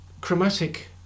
chromatic